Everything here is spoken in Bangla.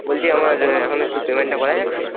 বলছি আমার এখন একটু পেমেন্টটা করা যাচ্ছে